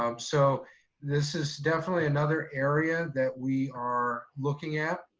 um so this is definitely another area that we are looking at.